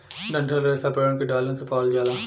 डंठल रेसा पेड़न के डालन से पावल जाला